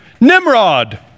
Nimrod